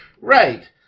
right